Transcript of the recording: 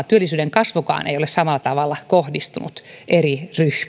työllisyyden kasvukaan ei ole samalla tavalla kohdistunut eri